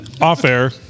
Off-air